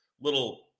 little